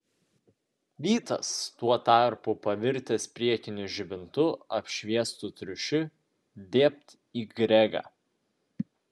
vytas tuo tarpu pavirtęs priekinių žibintų apšviestu triušiu dėbt į gregą